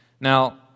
Now